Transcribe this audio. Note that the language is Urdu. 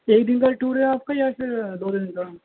ایک دن کا ٹور ہے آپ کا یا پھر دو دن کا